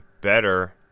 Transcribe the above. better